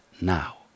now